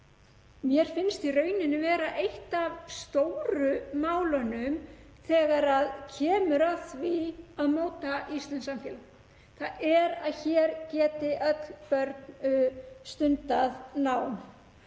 mér finnst í rauninni vera eitt af stóru málunum þegar kemur að því að móta íslenskt samfélag, þ.e. að hér geti öll stundað nám.